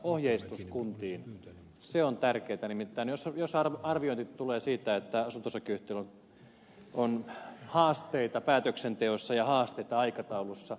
ohjeistus kuntiin on tärkeätä varsinkin jos arviointi tulee siitä että asunto osakeyhtiöllä on haasteita päätöksenteossa ja haasteita aikataulussa